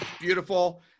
beautiful